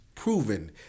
Proven